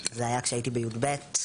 זה היה כשהייתי ב-י"ב,